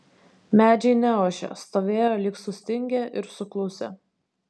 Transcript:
medžiai neošė stovėjo lyg sustingę ir suklusę